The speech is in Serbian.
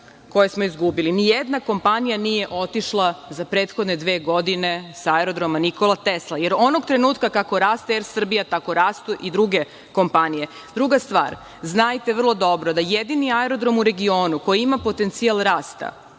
koje smo izgubili, nijedna kompanija nije otišla za prethodne dve godine sa Aerodroma „Nikola Tesla“ jer onog trenutka kako raste „Er Srbija“ tako rastu i druge kompanije. Druga stvar, znajte vrlo dobro, jedini aerodrom u regionu koji ima potencijal rasta